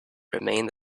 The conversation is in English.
remained